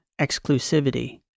Exclusivity